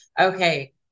okay